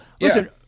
listen